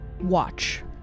watch